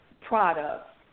products